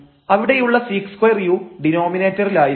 ഇവിടെയുള്ള sec2u ഡിനോമിനേറ്ററിലായിരിക്കും